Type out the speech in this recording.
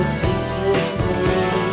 ceaselessly